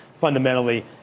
fundamentally